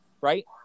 Right